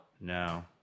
No